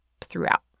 throughout